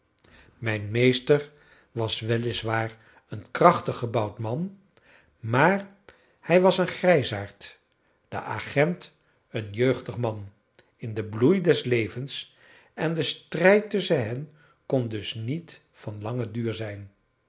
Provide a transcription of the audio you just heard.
mijn meester was wel is waar een krachtig gebouwd man maar hij was een grijsaard de agent een jeugdig man in den bloei des levens en de strijd tusschen hen kon dus niet van langen duur zijn